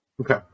Okay